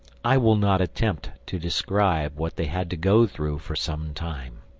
i will not attempt to describe what they had to go through for some time.